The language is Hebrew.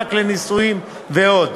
מענק לנישואין ועוד.